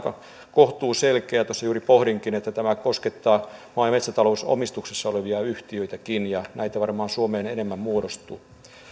kohtuuselkeä tässä juuri pohdinkin että tämä koskettaa maa ja metsätalousomistuksessa olevia yhtiöitäkin ja näitä varmaan suomeen enemmän muodostuu